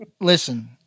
Listen